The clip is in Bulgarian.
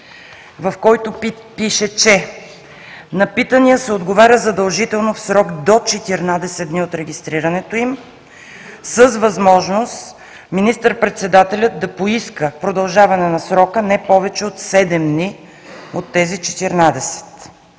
в който пише, че на питания се отговаря задължително в срок до 14 дни от регистрирането им, с възможност министър-председателят да поиска продължаване на срока не повече от седем дни от тези 14.